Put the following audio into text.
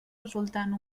resultant